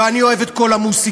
ואני אוהב את "קול המוזיקה",